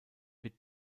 wird